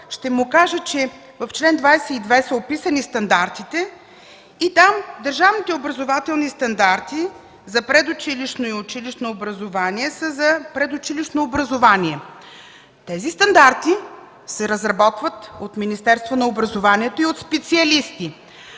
ще му кажа, че в чл. 22 са описани стандартите. Там държавните образователни стандарти за предучилищно и училищно образование са за предучилищно образование. Тези стандарти се разработват от Министерството на образованието, младежта и